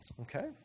Okay